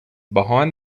behind